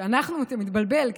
שאתה מתבלבל,